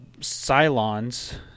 Cylons